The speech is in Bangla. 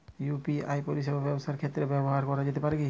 ইউ.পি.আই পরিষেবা ব্যবসার ক্ষেত্রে ব্যবহার করা যেতে পারে কি?